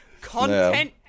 Content